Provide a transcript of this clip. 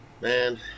man